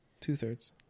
Two-thirds